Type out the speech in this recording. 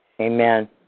Amen